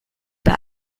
bei